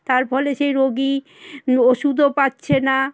তার ফলে সেই রোগী ওষুধও পাচ্ছে না